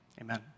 amen